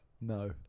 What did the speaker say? No